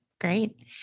Great